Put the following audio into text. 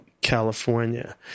California